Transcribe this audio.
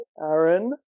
Aaron